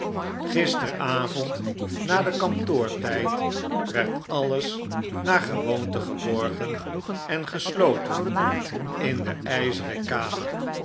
gisteravond na den kantoortijd werd alles naar gewoonte geborgen en gesloten in de ijzeren kamer